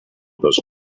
those